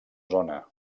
zona